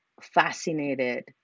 fascinated